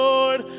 Lord